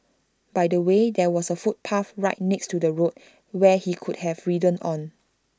by the way there was A footpath right next to the road where he could have ridden on